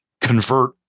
convert